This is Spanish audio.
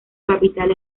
capital